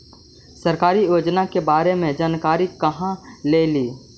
सरकारी योजना के बारे मे जानकारी कहा से ली?